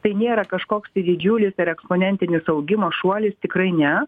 tai nėra kažkoks tai didžiulis ir eksponentinis augimo šuolis tikrai ne